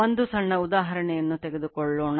ಒಂದು ಸಣ್ಣ ಉದಾಹರಣೆಯನ್ನು ತೆಗೆದುಕೊಳ್ಳೋಣ